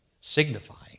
signifying